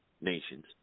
nations